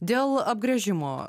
dėl apgręžimo